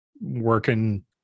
working